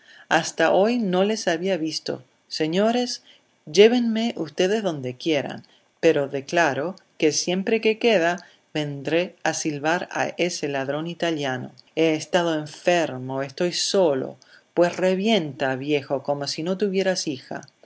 hasta hoy no les había visto señores llévenme ustedes donde quieran pero declaro que siempre que pueda vendré a silbar a ese ladrón italiano he estado enfermo estoy solo pues revienta viejo como si no tuvieras hija